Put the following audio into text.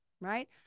right